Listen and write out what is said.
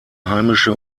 heimische